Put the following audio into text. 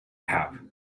have